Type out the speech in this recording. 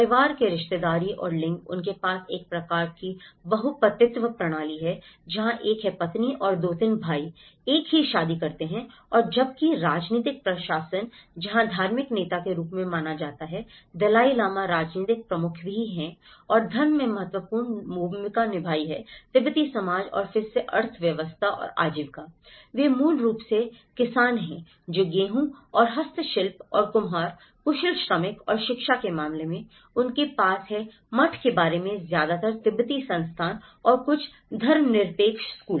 परिवार के रिश्तेदारी और लिंग उनके पास एक प्रकार की बहुपतित्व प्रणाली है जहां एक है पत्नी और 2 3 भाई एक ही शादी करते हैं और जबकि राजनीतिक प्रशासन जहां धार्मिक नेता के रूप में माना जाता है दलाई लामा राजनीतिक प्रमुख भी थे और धर्म में महत्वपूर्ण भूमिका निभाई है तिब्बती समाज और फिर से अर्थव्यवस्था और आजीविका वे मूल रूप से किसान हैं जौ गेहूं और हस्तशिल्प और कुम्हार कुशल श्रमिक और शिक्षा के मामले में उनके पास है मठ के बारे में ज्यादातर तिब्बती संस्थान और कुछ धर्मनिरपेक्ष स्कूल